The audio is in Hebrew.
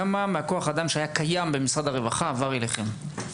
כמה מהכוח אדם שהיה קיים במשרד הרווחה עבר אליכם?